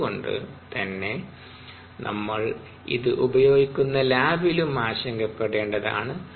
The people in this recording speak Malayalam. അതുകൊണ്ട് തന്നെ നമ്മൾ ഇത് ഉപയോഗിക്കുന്ന ലാബിലും ആശങ്കപ്പെടേണ്ടതാണ്